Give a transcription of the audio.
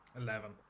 Eleven